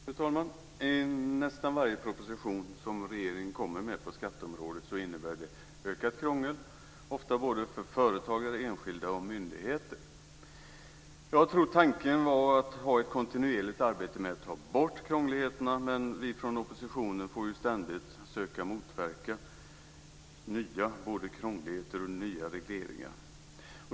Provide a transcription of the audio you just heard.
Fru talman! Nästan varje proposition som regeringen lägger fram på skatteområdet innebär ökat krångel, ofta för både företagare, enskilda och myndigheter. Jag trodde tanken var att ha ett kontinuerligt arbete med att ta bort krångligheterna, men vi från oppositionen får ständigt söka motverka nya krångligheter och regleringar.